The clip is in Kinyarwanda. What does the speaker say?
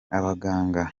abaganga